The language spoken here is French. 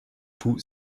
tout